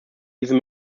diese